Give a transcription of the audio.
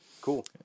Cool